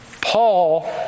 Paul